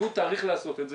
תקבעו תאריך לעשות את זה,